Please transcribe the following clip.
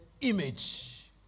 image